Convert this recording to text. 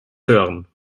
hören